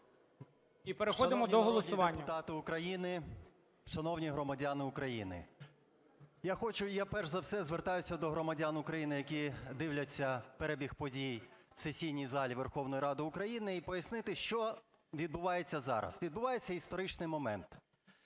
І переходимо до голосування.